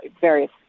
various